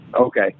Okay